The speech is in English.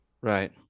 Right